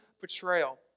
betrayal